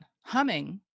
humming